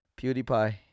pewdiepie